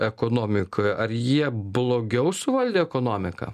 ekonomikoj ar jie blogiau suvaldė ekonomiką